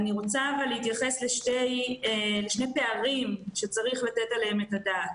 אבל אני רוצה להתייחס לשני פערים שצריך לתת עליהם את הדעת.